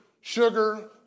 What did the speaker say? sugar